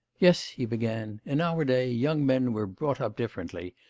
yes he began, in our day young men were brought up differently.